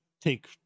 take